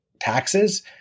taxes